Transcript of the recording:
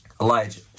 Elijah